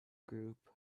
group